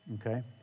Okay